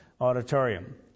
auditorium